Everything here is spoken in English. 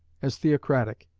as theocratic,